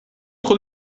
tro